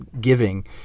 giving